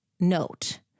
note